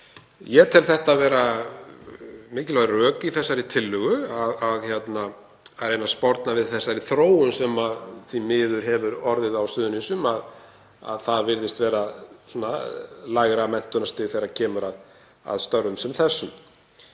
Ég tel það vera mikilvæg rök í þessari tillögu að reyna að sporna við þeirri þróun sem því miður hefur orðið á Suðurnesjum að það virðist vera lægra menntunarstig þegar kemur að störfum sem þessum.